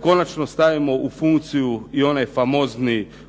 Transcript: Konačno stavimo u funkciju i onaj famozni OIB,